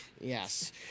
Yes